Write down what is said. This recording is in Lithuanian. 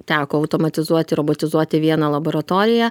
teko automatizuoti robotizuoti vieną laboratoriją